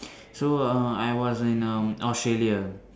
so uh I was in um Australia